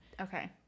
Okay